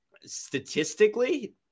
statistically